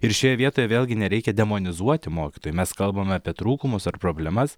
ir šioje vietoje vėlgi nereikia demonizuoti mokytojų mes kalbame apie trūkumus ar problemas